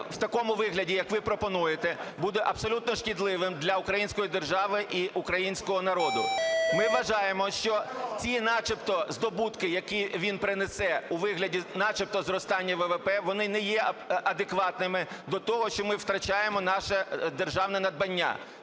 в такому вигляді, як ви пропонуєте, буде абсолютно шкідливим для української держави і українського народу. Ми вважаємо, що ці начебто здобутки, які він принесе у вигляді начебто зростання ВВП, вони не є адекватними до того, що ми втрачаємо наше державне надбання,